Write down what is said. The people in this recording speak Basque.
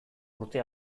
urte